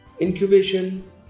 incubation